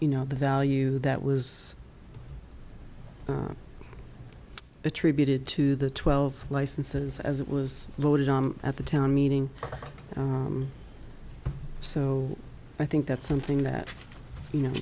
you know the value that was attributed to the twelve licenses as it was voted on at the town meeting so i think that's something that you know